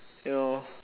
you know